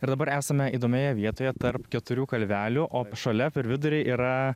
ir dabar esame įdomioje vietoje tarp keturių kalvelių o šalia per vidurį yra